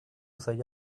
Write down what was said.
say